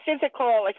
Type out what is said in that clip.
physical